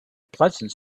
pleasant